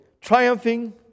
Triumphing